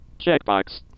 Checkbox